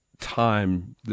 time